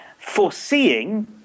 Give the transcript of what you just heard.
foreseeing